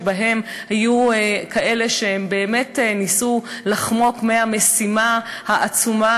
שבהן היו כאלה שבאמת ניסו לחמוק מהמשימה העצומה